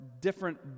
different